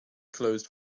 closed